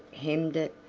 hemmed it,